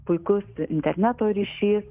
puikus interneto ryšys